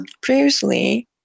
previously